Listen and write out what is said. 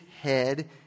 head